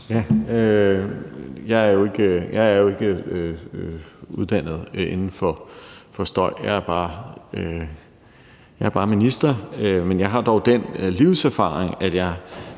Jeg er jo ikke uddannet inden for støj, jeg er bare minister, men jeg har dog den livserfaring,